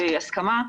בהסכמה.